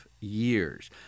years